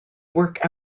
work